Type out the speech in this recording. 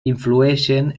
influeixen